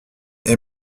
est